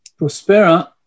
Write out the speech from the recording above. Prospera